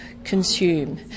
consume